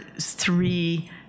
three